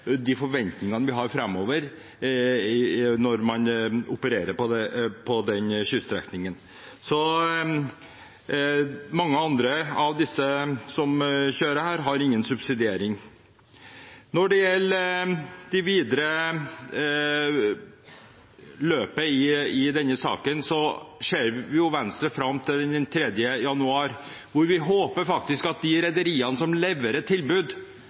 den kyststrekningen. Mange andre av dem som seiler her, har ingen subsidiering. Når det gjelder det videre løpet i denne saken, ser Venstre fram til den 3. januar. Vi håper faktisk at de rederiene som leverer tilbud